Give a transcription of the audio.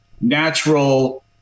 natural